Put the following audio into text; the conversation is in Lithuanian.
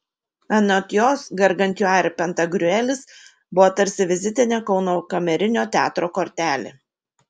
anot jos gargantiua ir pantagriuelis buvo tarsi vizitinė kauno kamerinio teatro kortelė